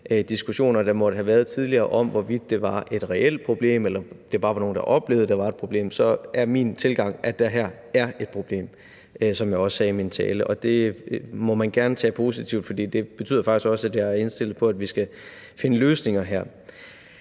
diskussioner, der måtte have været tidligere, om, hvorvidt det var et reelt problem, eller det bare var nogle, der oplevede, at der var problemer, så er min tilgang, at der her er et problem, som jeg også sagde i min tale. Og det må man gerne tage positivt, for det betyder faktisk også, at jeg er indstillet på, at vi skal finde løsninger her.